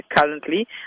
currently